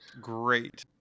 great